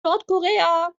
nordkorea